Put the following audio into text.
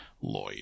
lloyd